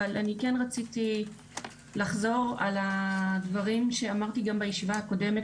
אבל כן רציתי לחזור על הדברים שאמרתי גם בישיבה הקודמת